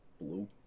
Blue